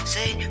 Say